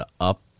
up